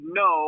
no